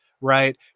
right